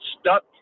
stuck